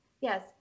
yes